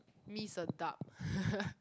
mee Sedap